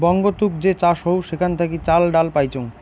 বঙ্গতুক যে চাষ হউ সেখান থাকি চাল, ডাল পাইচুঙ